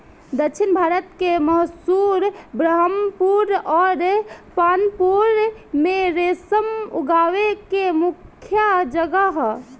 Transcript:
दक्षिण भारत के मैसूर, बरहामपुर अउर पांपोर में रेशम उगावे के मुख्या जगह ह